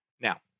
Now